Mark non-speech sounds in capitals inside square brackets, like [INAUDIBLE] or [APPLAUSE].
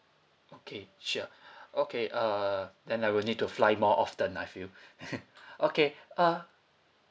okay sure okay uh then I will need to fly more often I feel [LAUGHS] okay uh